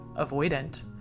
avoidant